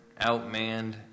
outmanned